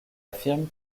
affirme